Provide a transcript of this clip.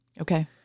Okay